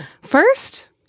First